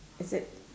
is it